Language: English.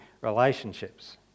relationships